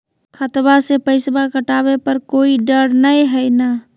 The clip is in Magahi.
खतबा से पैसबा कटाबे पर कोइ डर नय हय ना?